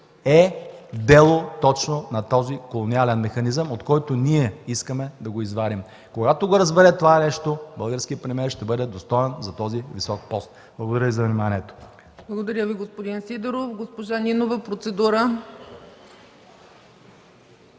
е дело точно на този колониален механизъм, от който ние искаме да я извадим. Когато разбере това нещо, българският премиер ще бъде достоен за този висок пост. Благодаря Ви за вниманието. ПРЕДСЕДАТЕЛ ЦЕЦКА ЦАЧЕВА: Благодаря Ви, господин Сидеров. Госпожа Нинова – процедура.